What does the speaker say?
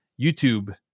youtube